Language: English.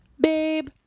babe